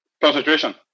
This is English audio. Concentration